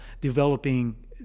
developing